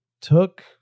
took